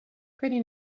pretty